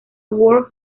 world